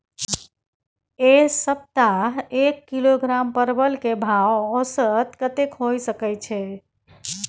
ऐ सप्ताह एक किलोग्राम परवल के भाव औसत कतेक होय सके छै?